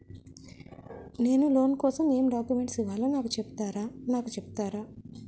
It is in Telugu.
నేను లోన్ కోసం ఎం డాక్యుమెంట్స్ ఇవ్వాలో నాకు చెపుతారా నాకు చెపుతారా?